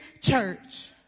church